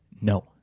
no